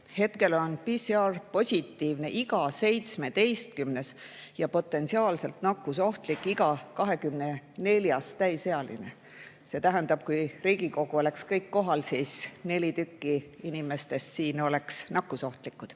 Hetkel on PCR-positiivne iga 70. ja potentsiaalselt nakkusohtlik iga 24. täisealine. See tähendab, et kui kogu Riigikogu oleks kohal, siis neli siinsetest inimestest oleks nakkusohtlikud.